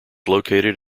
located